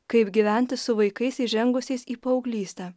kaip gyventi su vaikais įžengusiais į paauglystę